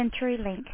CenturyLink